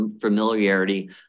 familiarity